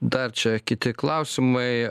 dar čia kiti klausimai